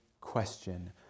question